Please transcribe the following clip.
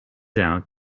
out